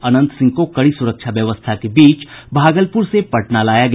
अनंत सिंह को कड़ी सुरक्षा व्यवस्था के बीच भागलपुर से पटना लाया गया